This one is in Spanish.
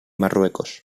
marruecos